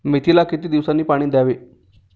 मेथीला किती दिवसांनी पाणी द्यावे?